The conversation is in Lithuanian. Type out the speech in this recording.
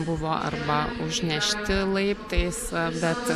buvo arba užnešti laiptais bet